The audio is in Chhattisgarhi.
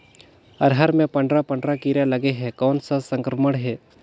अरहर मे पंडरा पंडरा कीरा लगे हे कौन सा संक्रमण हे?